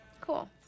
cool